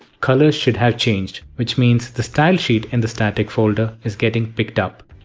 colors should have changed which means the stylesheet in the static folder is getting picked up.